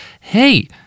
hey